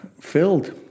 filled